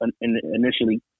initially